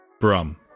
Brum